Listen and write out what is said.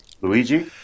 Luigi